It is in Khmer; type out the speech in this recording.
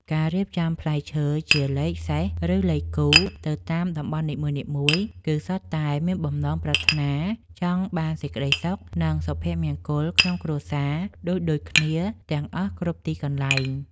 ការរៀបចំផ្លែឈើជាលេខសេសឬលេខគូទៅតាមតំបន់នីមួយៗគឺសុទ្ធតែមានបំណងប្រាថ្នាចង់បានសេចក្តីសុខ និង សុភមង្គលក្នុងគ្រួសារដូចៗគ្នាទាំងអស់គ្រប់ទីកន្លែង។